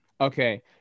okay